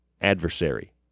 adversary